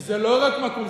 כי זה לא רק מקום,